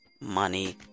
money